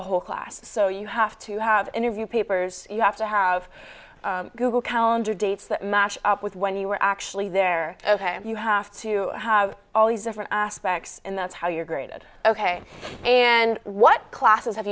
the whole class so you have to have interview papers you have to have google calendar dates that match up with when you were actually there you have to you have all these different aspects and that's how you're graded ok and what classes have